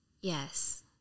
Yes